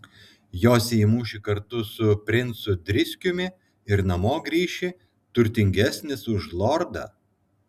josi į mūšį kartu su princu driskiumi ir namo grįši turtingesnis už lordą